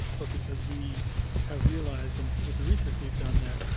but because we have realized and with the research we've done that